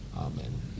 Amen